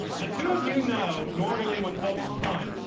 the two of you know, normally when folks punt,